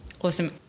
Awesome